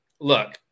look